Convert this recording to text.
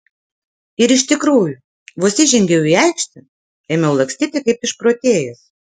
ir iš tikrųjų vos įžengiau į aikštę ėmiau lakstyti kaip išprotėjęs